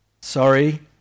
Sorry